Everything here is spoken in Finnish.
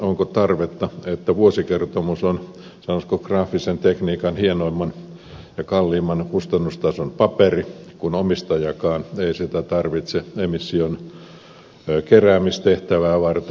onko tarvetta että vuosikertomus on sanoisiko graafisen tekniikan hienoimman ja kalleimman kustannustason paperia kun omistajakaan ei sitä tarvitse emission keräämistehtävää varten